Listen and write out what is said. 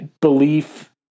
belief